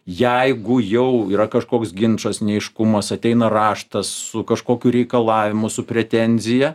jeigu jau yra kažkoks ginčas neaiškumas ateina raštas su kažkokiu reikalavimu su pretenzija